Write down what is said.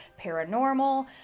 paranormal